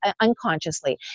unconsciously